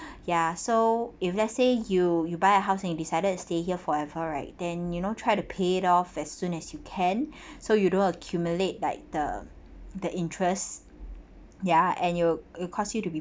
ya so if let's say you you buy a house and you decided to stay here forever right then you know try to pay it off as soon as you can so you don't accumulate like the the interest ya and you it caused you to be